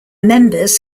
members